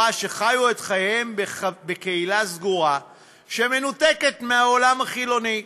שחיו את חייהם בקהילה סגורה שמנותקת מהעולם החילוני,